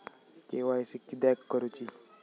KYC किदयाक करूची?